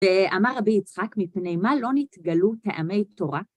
אמר רבי יצחק, מפני מה לא נתגלו טעמי תורה?